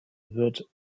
wird